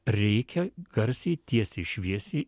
reikia garsiai tiesiai šviesiai